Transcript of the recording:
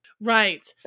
Right